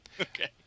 Okay